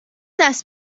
دست